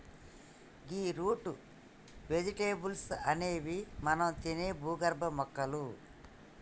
గీ root vegetables అనేవి మనం తినే భూగర్భ మొక్కలు